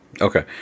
Okay